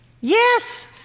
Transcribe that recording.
Yes